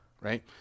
Right